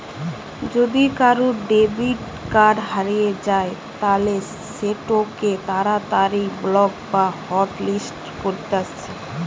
যদি কারুর debit card হারিয়ে যায় তালে সেটোকে তাড়াতাড়ি ব্লক বা হটলিস্ট করতিছে